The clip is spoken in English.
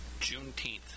Juneteenth